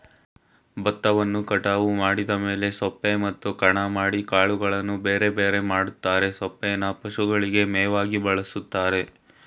ಬತ್ತವನ್ನು ಕಟಾವು ಮಾಡಿದ ಮೇಲೆ ಸೊಪ್ಪೆ ಮತ್ತು ಕಣ ಮಾಡಿ ಕಾಳುಗಳನ್ನು ಬೇರೆಬೇರೆ ಮಾಡ್ತರೆ ಸೊಪ್ಪೇನ ಪಶುಗಳಿಗೆ ಮೇವಾಗಿ ಬಳಸ್ತಾರೆ